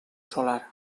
solar